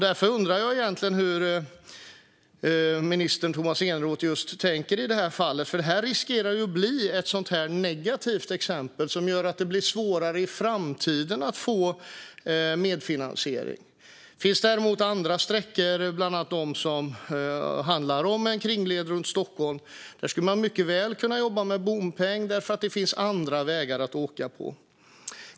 Därför undrar jag hur minister Tomas Eneroth egentligen tänker i detta fall. Det riskerar att bli ett sådant negativt exempel som gör att det blir svårare att få medfinansiering i framtiden. Det finns däremot andra sträckor, bland annat de som utgör en kringled runt Stockholm, där man mycket väl skulle kunna jobba med bompeng, för det finns andra vägar att åka på.